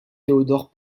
théodore